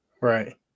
Right